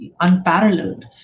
unparalleled